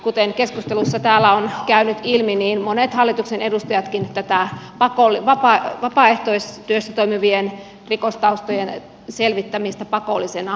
kuten keskustelussa täällä on käynyt ilmi monet hallituksen edustajatkin tätä vapaaehtoistyössä toimivien rikostaustojen selvittämistä pakollisena kannattaisivat